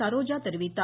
சரோஜா தெரிவித்தார்